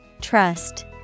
Trust